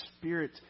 Spirit